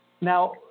Now